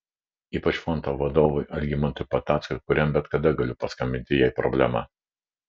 ypač fondo vadovui algimantui patackui kuriam bet kada galiu paskambinti jei problema